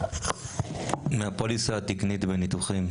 מהפוליסה התקנית בניתוחים,